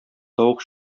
тавык